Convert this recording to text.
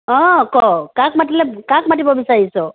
অঁ ক কাক মাতিলে কাক মাতিব বিচাৰিছ